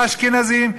האשכנזים,